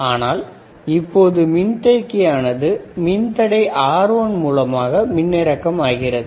ஆனால் இப்பொழுது மின்தேக்கி ஆனது மின்தடை R1 மூலமாக மின்னிறக்கம் ஆகிறது